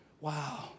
wow